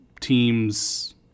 teams